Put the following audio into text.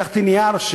לקחתי נייר,